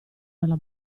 nella